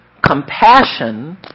Compassion